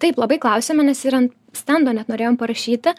taip labai klausėme nes ir an stendo net norėjom parašyti